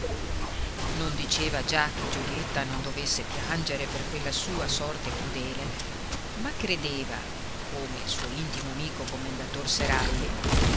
non diceva già che giulietta non dovesse piangere per quella sua sorte crudele ma credeva come il suo intimo amico commendator seralli